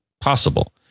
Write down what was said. possible